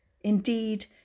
Indeed